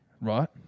Right